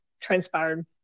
transpired